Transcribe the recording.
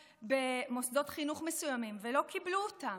במוסדות חינוך מסוימים ולא קיבלו אותם,